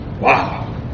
Wow